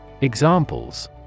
Examples